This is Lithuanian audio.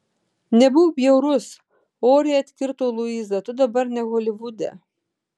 nebūk bjaurus oriai atkirto luiza tu dabar ne holivude